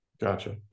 Gotcha